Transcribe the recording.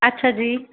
ਅੱਛਾ ਜੀ